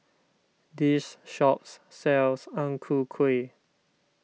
this shops sells Ang Ku Kueh